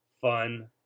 fun